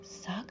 suck